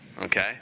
okay